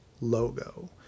logo